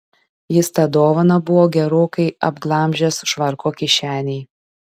jis tą dovaną buvo gerokai apglamžęs švarko kišenėj